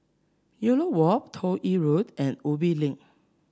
Elliot Walk Toh Yi Road and Ubi Link